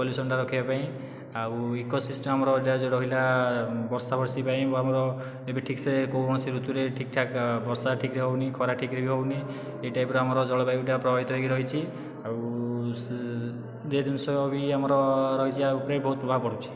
ପଲ୍ୟୁସନ୍ଟା ରଖିବା ପାଇଁ ଆଉ ଇକୋସିଷ୍ଟମ୍ର ଯାହା ଯେଉଁ ରହିଲା ବର୍ଷା ବର୍ଷି ପାଇଁ ଆମର ଏବେ ଠିକ ସେ କୌଣସି ଋତୁରେ ଠିକ ଠାକ ବର୍ଷା ଠିକରେ ହେଉନି ଖରା ଠିକରେ ବି ହେଉନି ଏହି ଟାଇପ୍ରେ ଆମର ଜଳବାୟୁଟା ପ୍ରଭାବିତ ହୋଇକି ରହିଛି ଆଉ ଯେ ଜିନିଷ ବି ଆମର ରହିଛି ଆ ଉପରେ ବହୁତ ପ୍ରଭାବ ପଡ଼ିଛି